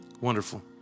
Wonderful